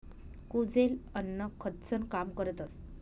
कुजेल अन्न खतंसनं काम करतस